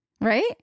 right